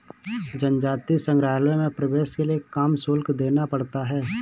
जनजातीय संग्रहालयों में प्रवेश के लिए काम शुल्क देना पड़ता है